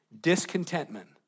discontentment